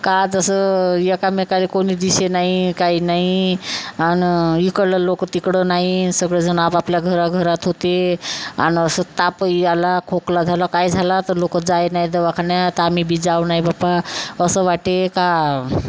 का जसं एकामेकाला कोणी दिसे नाही काही नाही आणि इकडलं लोकं तिकडं नाही सगळेंजण आपापल्या घराघरात होते आणि असं तापही आला खोकला झाला काय झाला तर लोकं जाय नाही दवाखान्यात आम्ही बी जाऊ नाही बापा असं वाटे का